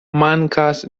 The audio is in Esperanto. mankas